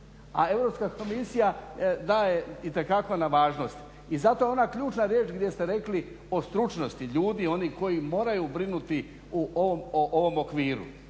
a Europska komisija daje itekako na važnosti. I zato je ona ključna riječ gdje ste rekli o stručnosti ljudi, oni koji moraju brinuti o ovom okviru,